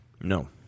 No